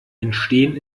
entstehen